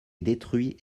détruit